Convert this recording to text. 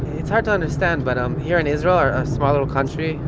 it's hard to understand, but um here in israel, um a small little country,